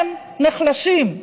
הם נחלשים.